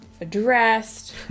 addressed